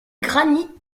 granit